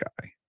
guy